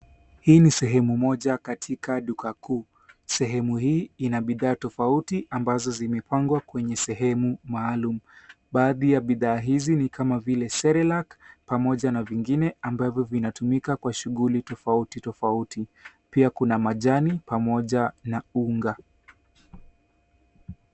Hii ni sehemu moja katika duka kuu. Sehemu hii ina bidhaa tofauti ambazo zimepangwa kwenye sehemu maalum. Baadhi ya bidhaa hizi ni kama vile cerelac pamoja na vingine ambavyo vinatumika kwa shughuli tofauti tofauti. Pia kuna majani pamoja na unga.